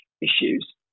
issues